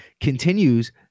continues